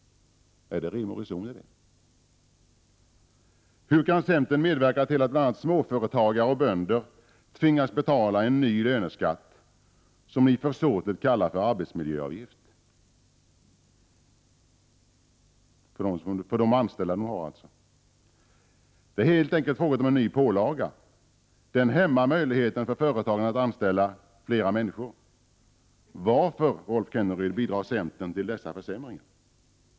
Är det rim och reson? Hur kan centerr. medverka till att bl.a. småföretagare och bönder för sina anställda tvingas betala en ny löneskatt, som ni försåtligt kallar för arbetsmiljöavgift? Det är helt enkelt fråga om en ny pålaga. Den hämmar möjligheten för företagen att anställa flera människor. Varför, Rolf Kenneryd, bidrar centern till dessa försämringar?